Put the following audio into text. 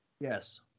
Yes